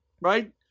Right